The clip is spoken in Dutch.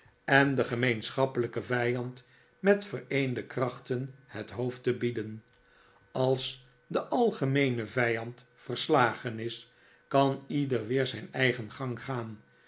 en den gemeenschappelijken vijand met vereende krachten het hoofd te bieden als de algemeene vijand verslagen is kan ieder weer zijn eigen gang gaan